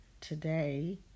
today